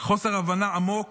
חוסר הבנה עמוק,